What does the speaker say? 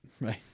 Right